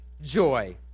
joy